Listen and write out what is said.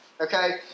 Okay